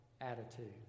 attitude